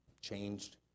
changed